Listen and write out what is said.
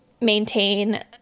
maintain